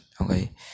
okay